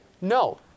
No